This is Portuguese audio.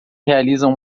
realizam